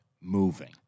moving